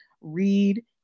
read